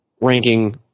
ranking